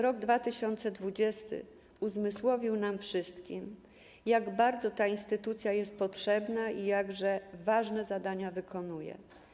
Rok 2020 uzmysłowił nam wszystkim, jak bardzo ta instytucja jest potrzebna i jakże ważne zadania wykonuje.